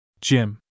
Jim